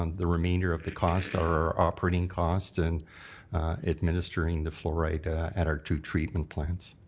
um the remainder of the costs are operating costs, and administering the fluoride at our two treatment plants.